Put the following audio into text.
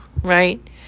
right